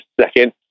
second